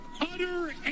Utter